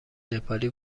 نپالی